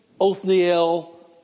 Othniel